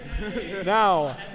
Now